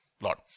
Lot